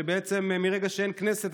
שבעצם מהרגע שאין כנסת,